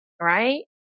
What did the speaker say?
right